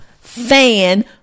fan